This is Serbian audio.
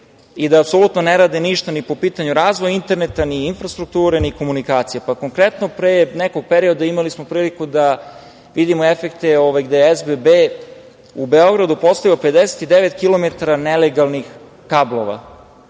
i da apsolutno ne rade ništa ni po pitanju razvoja interneta ni infrastrukture, ni komunikacija. Konkretno, pre nekog perioda imali smo priliku da vidimo efekte gde SBB u Beogradu postavio 59 kilometara nelegalnih kablova,